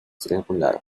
triangular